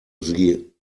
sie